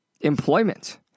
employment